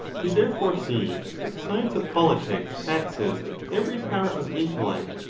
you there fore see that the science of politics taxes every power of intellect,